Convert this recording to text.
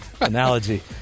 analogy